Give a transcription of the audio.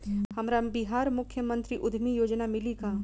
हमरा बिहार मुख्यमंत्री उद्यमी योजना मिली का?